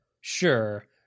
Sure